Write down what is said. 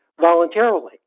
voluntarily